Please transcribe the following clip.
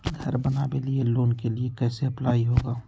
घर बनावे लिय लोन के लिए कैसे अप्लाई होगा?